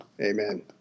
Amen